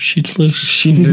sheetless